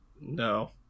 no